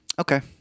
Okay